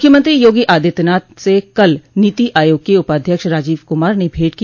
मुख्यमंत्री योगी आदित्यनाथ से कल नीति आयोग के उपाध्यक्ष राजीव कुमार ने भेंट की